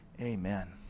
amen